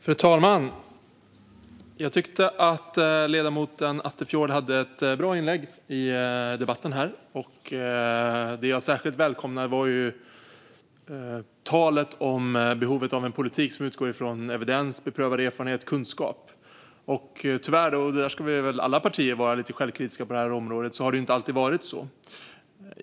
Fru talman! Jag tyckte att ledamoten Attefjord gjorde ett bra inlägg i debatten. Det jag särskilt välkomnar är talet om behovet av en politik som utgår från evidens, beprövad erfarenhet och kunskap. Tyvärr - och här ska nog alla partier vara lite självkritiska - har det inte alltid varit så.